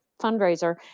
fundraiser